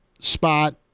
spot